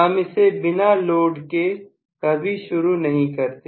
हम इसे बिना लौट के कभी शुरू नहीं करते